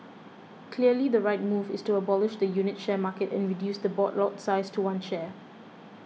clearly the right move is to abolish the unit share market and reduce the board lot size to one share